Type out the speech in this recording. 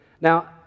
Now